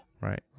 Right